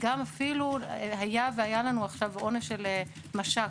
אפילו היה לנו עכשיו עונש של מש"ק,